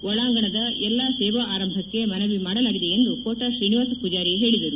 ಒಳಾಂಗಣದ ಎಲ್ಲ ಸೇವಾ ಅರಂಭಕ್ಕೆ ಮನವಿ ಮಾಡಲಾಗಿದೆ ಎಂದು ಕೋಟ ಶ್ರೀನಿವಾಸ ಪೂಜಾರಿ ಹೇಳಿದರು